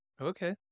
Okay